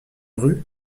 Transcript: rue